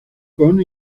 con